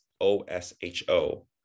O-S-H-O